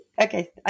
okay